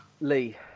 Lee